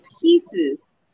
pieces